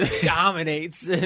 dominates